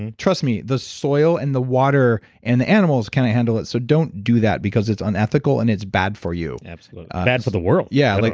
and trust me, the soil and the water and the animals can't handle it so don't do that because it's unethical and it's bad for you absolutely. bad for the world yeah. like